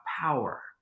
power